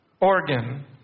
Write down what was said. organ